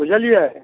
बुझलियै